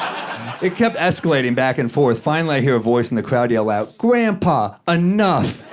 it kept escalating back and forth. finally, i hear a voice in the crowd yell out, grandpa, enough.